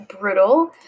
Brutal